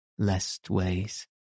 lestways